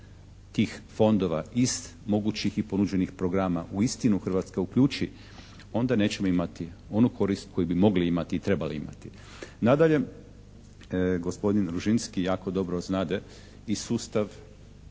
tih fondova, iz mogućih i ponuđenih programa uistinu Hrvatska uključi onda nećemo imati onu korist koju bi mogli imati i trebali imati. Nadalje, gospodin Ružinski jako dobro znade i sustav